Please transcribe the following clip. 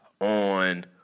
on